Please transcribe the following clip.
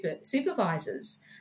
supervisors